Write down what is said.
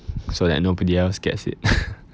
so that nobody else gets it